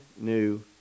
new